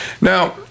Now